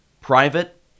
private